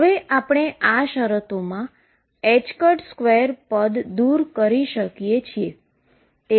હવે આપણે આ શરતોમાં 2 પદ દુર કરી શકીએ છીએ